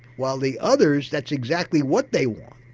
while the others, that's exactly what they want,